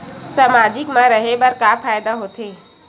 सामाजिक मा रहे बार का फ़ायदा होथे?